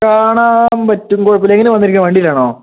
കാണാൻ പറ്റും കുഴപ്പല്ല എങ്ങനാണ് വന്നിരിക്കുന്നത് വണ്ടിയിലാണോ